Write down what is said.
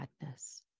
sadness